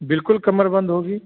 बिल्कुल कमर बंध होगी